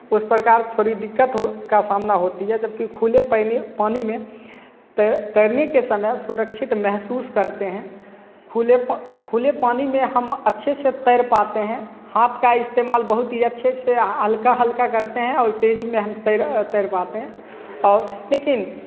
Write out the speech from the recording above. उस प्रकार थोड़ी दिक्कत का सामना होती है जबकि खुले पानी में तैरने के समय सुरक्षित महसूस करते हैं खुले खुले पानी में हम अच्छे से तैर पाते हैं हाथ का इस्तेमाल बहुत ही अच्छे से हल्का हल्का करते हैं और तेजी में हम तैर पते हैं लेकिन